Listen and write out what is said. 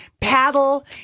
paddle